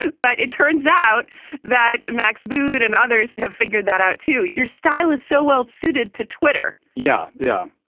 but it turns out that max boot and others have figured that out too. your style is so well suited to twitter yeah. yeah.